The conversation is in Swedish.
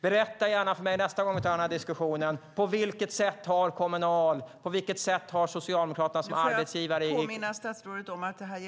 Berätta gärna för mig nästa gång vi tar diskussionen på vilket sätt Kommunal och Socialdemokraterna som arbetsgivare i.